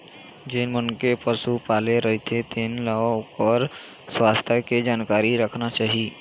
जेन मनखे ह पशु पाले रहिथे तेन ल ओखर सुवास्थ के जानकारी राखना चाही